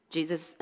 Jesus